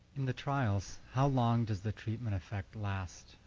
in the trials how long does the treatment affect last?